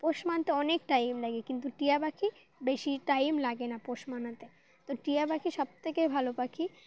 পোষ মানতে অনেক টাইম লাগে কিন্তু টিয়া পাখি বেশি টাইম লাগে না পোষ মানাতে তো টিয়া পাখি সবথেকে ভালো পাখি